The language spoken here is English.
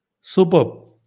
Superb